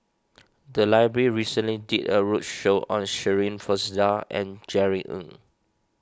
the library recently did a roadshow on Shirin Fozdar and Jerry Ng